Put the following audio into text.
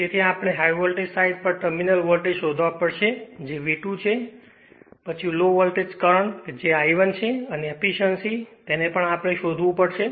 તેથી આપણે high voltage side પર ટર્મિનલ વોલ્ટેજ શોધવા પડશે જે V2 છે પછી લો વોલ્ટેજ લો કરંટ કે જે I1 છે અને એફીશ્યંસી તેથી જ આપણે તેને શોધવું પડશે